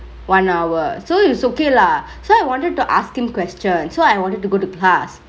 one hour so is okay lah so I wanted to ask him questions so I wanted to go to class